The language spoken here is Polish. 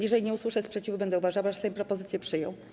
Jeżeli nie usłyszę sprzeciwu, będę uważała, że Sejm propozycję przyjął.